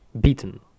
Beaten